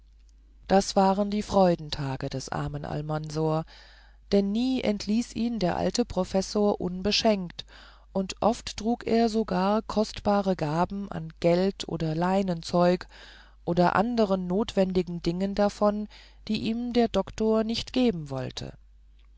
das waren die freudentage des armen almansor denn nie entließ ihn der alte professor unbeschenkt und oft trug er sogar kostbare gaben an geld oder leinenzeug oder anderen notwendigen dingen davon die ihm der doktor nicht geben wollte